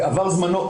תעזוב, זה עבר זמנו.